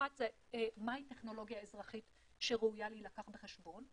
אחת מהי טכנולוגיה אזרחית שראויה להילקח בחשבון?